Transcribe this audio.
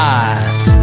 eyes